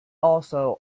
also